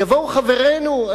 יבואו חברינו,